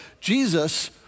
Jesus